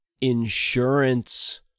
insurance